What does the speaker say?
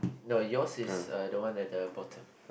no yours is the one at the bottom